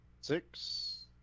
Six